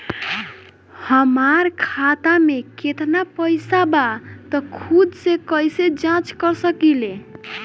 हमार खाता में केतना पइसा बा त खुद से कइसे जाँच कर सकी ले?